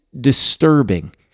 disturbing